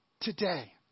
today